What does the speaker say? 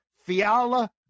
Fiala